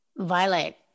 Violet